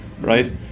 right